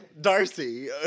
Darcy